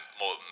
more